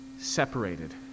separated